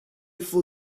for